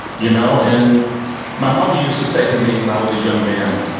you know and my mother used to say to me when i was a young man,